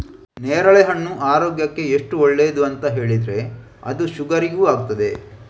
ನೇರಳೆಹಣ್ಣು ಆರೋಗ್ಯಕ್ಕೆ ಎಷ್ಟು ಒಳ್ಳೇದು ಅಂತ ಹೇಳಿದ್ರೆ ಅದು ಶುಗರಿಗೂ ಆಗ್ತದೆ